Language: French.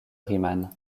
riemann